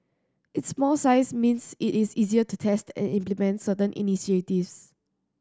its small size means it is easier to test and implement certain initiatives